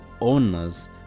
owners